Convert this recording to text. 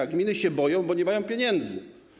A gminy się boją, bo nie mają pieniędzy.